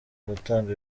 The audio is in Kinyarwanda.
gutanga